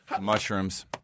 Mushrooms